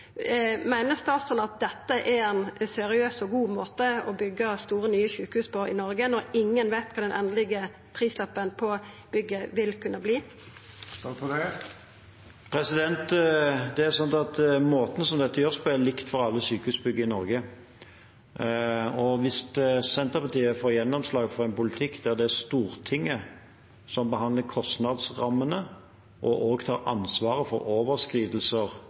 Meiner statsråden at dette er ein seriøs og god måte å byggja store, nye sjukehus på i Noreg, når ingen veit kva den endelege prislappen på bygget vil kunna verta? Det er sånn at måten dette gjøres på, er lik for alle sykehusbygg i Norge. Hvis Senterpartiet får gjennomslag for en politikk der det er Stortinget som behandler kostnadsrammene, og også tar ansvaret for overskridelser